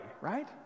right